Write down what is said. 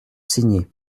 signer